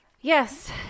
yes